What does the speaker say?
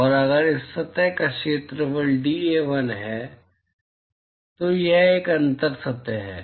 और अगर इस सतह का क्षेत्रफल dA1 है तो यह एक अंतर सतह है